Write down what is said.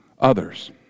others